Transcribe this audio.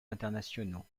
internationaux